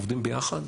עובדים ביחד,